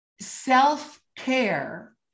self-care